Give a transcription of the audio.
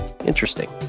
interesting